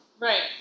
Right